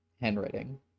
handwriting